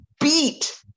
beat